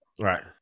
right